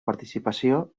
participació